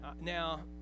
now